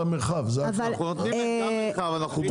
מתי יצאה האיגרת הזו?